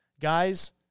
Guys